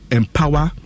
empower